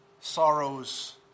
sorrows